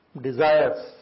Desires